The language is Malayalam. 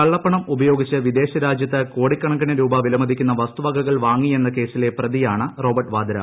കള്ളപ്പണം ഉപയോഗിച്ച് വിദേശ രാജ്യത്ത് കോടിക്കണക്കിന് രൂപ വിലമതിക്കുന്ന വസ്തുവകകൾ വാങ്ങി എന്ന കേസിലെ പ്രതിയാണ് റോബർട്ട് വാദ്ര